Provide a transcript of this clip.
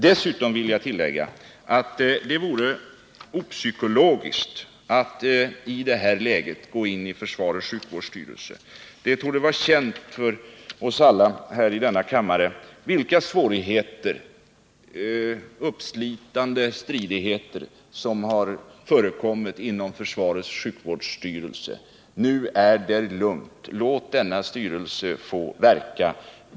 Dessutom vore det opsykologiskt att i det här läget göra ytterligare förändringar i försvarets sjukvårdsstyrelse. Det torde vara känt för oss alla i denna kammare vilka svårigheter — vilka uppslitande stridigheter — som har förekommit inom försvarets sjukvårdsstyrelse. Nu är där lugnt. Låt denna arbetsro få bestå.